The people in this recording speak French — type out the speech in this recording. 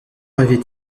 arriva